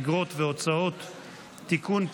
אגרות והוצאות (תיקון,